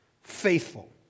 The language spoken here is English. faithful